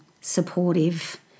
supportive